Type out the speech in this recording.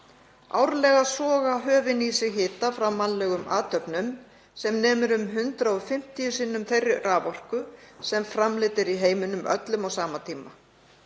Árlega soga höfin í sig hita frá mannlegum athöfnum sem nemur um 150 sinnum þeirri raforku sem framleidd er í heiminum öllum á sama tíma.